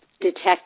detect